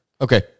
Okay